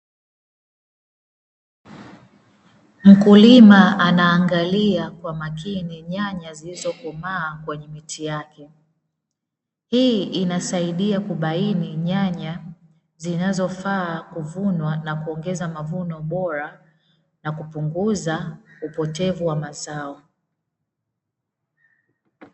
Mkulima anaangalia kwa makini nyanya zilizokomaa kwenye miti yake, hii inasadia kubaini nyanya zinazofaa kuvunwa na kuongeza mavuno bora na kupunguza upotevu wa mazao.